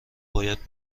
باید